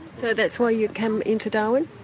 so that's why you came into darwin?